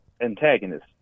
antagonist